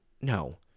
no